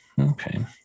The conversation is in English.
Okay